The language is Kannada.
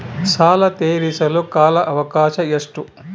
ಸಾಲ ತೇರಿಸಲು ಕಾಲ ಅವಕಾಶ ಎಷ್ಟು?